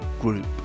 group